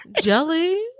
Jelly